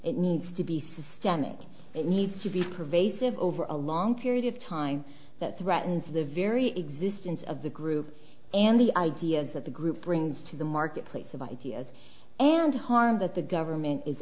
it needs to be systemic it needs to be pervasive over a long period of time that threatens the very existence of the group and the ideas of the group brings to the marketplace of ideas and harm that the government is